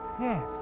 Yes